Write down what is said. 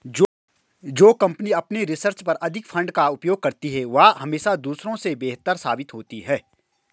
जो कंपनी अपने रिसर्च पर अधिक फंड का उपयोग करती है वह हमेशा दूसरों से बेहतर साबित होती है